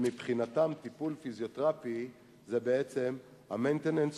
שמבחינתם טיפול פיזיותרפי זה ה-maintenance,